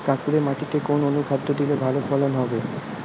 কাঁকুরে মাটিতে কোন অনুখাদ্য দিলে ভালো ফলন হবে?